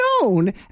known